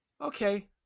Okay